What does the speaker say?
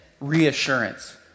reassurance